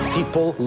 People